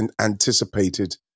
anticipated